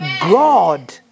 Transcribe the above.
God